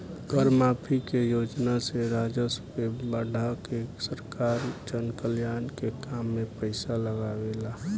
कर माफी के योजना से राजस्व के बढ़ा के सरकार जनकल्याण के काम में पईसा लागावेला